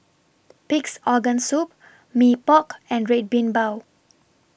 Pig'S Organ Soup Mee Pok and Red Bean Bao